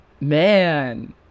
man